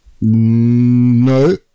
No